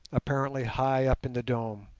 apparently high up in the dome.